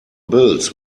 bills